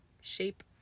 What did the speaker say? shape